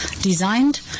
designed